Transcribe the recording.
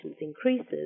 increases